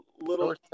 little